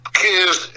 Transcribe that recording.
kids